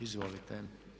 Izvolite.